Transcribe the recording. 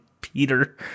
Peter